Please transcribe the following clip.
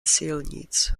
silnic